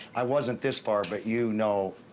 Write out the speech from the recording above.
i wasn't this far, but you know,